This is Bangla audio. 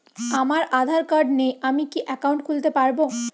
আমার আধার কার্ড নেই আমি কি একাউন্ট খুলতে পারব?